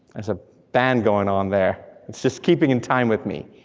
there's a band going on there, it's just keeping in time with me.